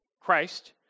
Christ